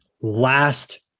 Last